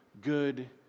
good